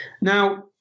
Now